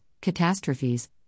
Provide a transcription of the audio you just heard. catastrophes